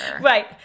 Right